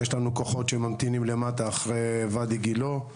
יש לנו כוחות שממתינים למטה אחרי ואדי גילה.